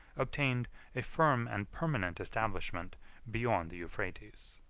obtained a firm and permanent establishment beyond the euphrates.